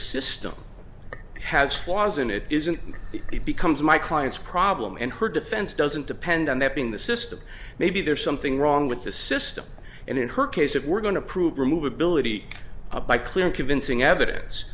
system has flaws in it isn't it becomes my client's problem and her defense doesn't depend on that being the system maybe there's something wrong with the system and in her case if we're going to prove remove ability by clear and convincing evidence